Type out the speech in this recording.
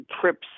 trips